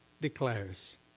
declares